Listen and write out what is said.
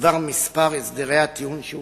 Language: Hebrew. בדבר מספר הסדרי הטיעון שהושגו,